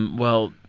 and well,